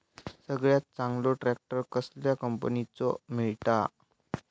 सगळ्यात चांगलो ट्रॅक्टर कसल्या कंपनीचो मिळता?